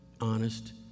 honest